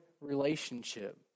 relationship